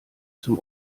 zum